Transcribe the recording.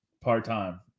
part-time